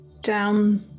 down